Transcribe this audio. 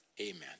amen